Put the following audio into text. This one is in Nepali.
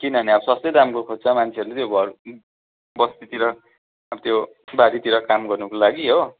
किनभने अब सस्तै दामको खोज्छ मान्छेहरूले घर बस्तीतिर अब त्यो बारीतिर काम गर्नुको लागि हो